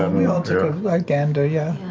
um we all took a gander, yeah.